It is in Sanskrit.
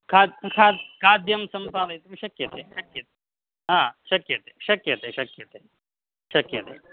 खाद् खाद् खाद्यं सम्पादयितुं शक्यते शक्यते हा शक्यते शक्यते शक्यते शक्यते